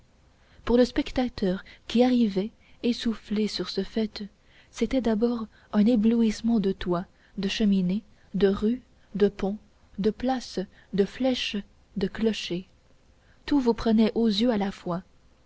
pour le spectateur qui arrivait essoufflé sur ce faîte c'était d'abord un éblouissement de toits de cheminées de rues de ponts de places de flèches de clochers tout vous prenait aux yeux à la fois